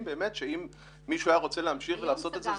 שאם מישהו היה רוצה להמשיך ולעשות את זה,